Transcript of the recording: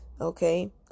Okay